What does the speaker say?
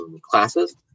classes